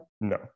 no